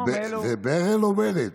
זה ברל או בנט?